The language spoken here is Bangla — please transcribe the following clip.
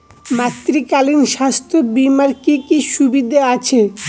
মাতৃত্বকালীন স্বাস্থ্য বীমার কি কি সুবিধে আছে?